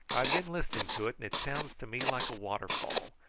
i've been listening to it, and it sounds to me like a waterfall.